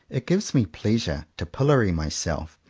it gives me pleasure to pillory myself,